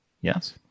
Yes